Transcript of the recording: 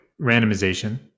randomization